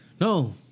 No